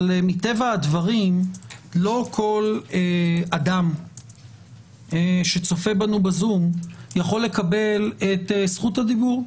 אבל מטבע הדברים לא כל אדם שצופה בנו בזום יכול לקבל את זכות הדיבור.